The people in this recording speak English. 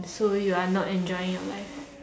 so you're not enjoying your life